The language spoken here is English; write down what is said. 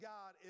God